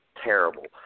terrible